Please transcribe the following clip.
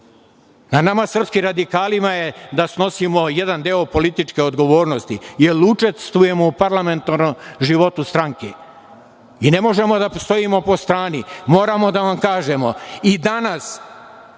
nama srpskim radikalima je da snosimo jedan deo političke odgovornosti, jer učestvujemo u parlamentarnom životu stranke i ne možemo da stojimo po strani, moramo da vam kažemo.